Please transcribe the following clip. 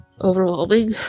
overwhelming